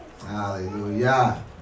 Hallelujah